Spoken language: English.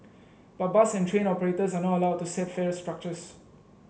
but bus and train operators are not allowed to set fare structures